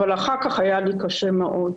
אבל אחר כך היה לי קשה מאוד.